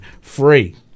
free